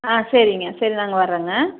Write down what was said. ஆ சரிங்க சரி நாங்கள் வர்றோங்க